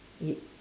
it